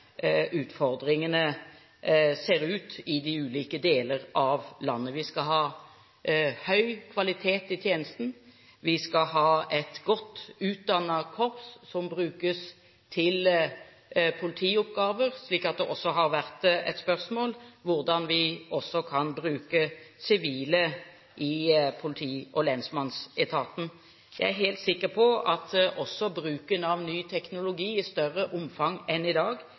utfordringene ser ut i de ulike deler av landet. Vi skal ha høy kvalitet i tjenesten. Vi skal ha et godt utdannet korps som brukes til politioppgaver, og det har vært et spørsmål hvordan vi kan bruke også sivile i politi- og lensmannsetaten. Jeg er helt sikker på at også bruken av ny teknologi i større omfang enn i dag